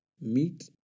meat